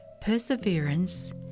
perseverance